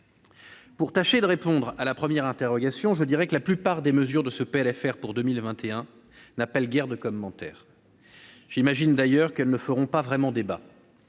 Pour tâcher de répondre à la première interrogation, je dirai que la plupart des mesures de ce texte n'appellent guère de commentaires. J'imagine, d'ailleurs, qu'elles ne feront pas vraiment débat.